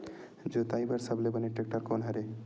जोताई बर सबले बने टेक्टर कोन हरे?